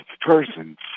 person